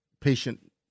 patient